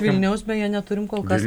vilniaus beje neturim kol kas